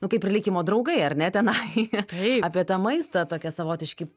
nu kaip ir likimo draugai ar ne tenai taip apie tą maistą tokie savotiški